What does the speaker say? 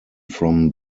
from